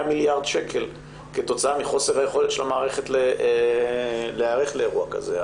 מיליארד שקלים כתוצאה מחוסר היכולת של המערכת להיערך לאירוע כזה.